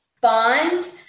bond